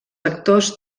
actors